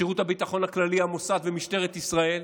שירות הביטחון הכללי, המוסד ומשטרת ישראל,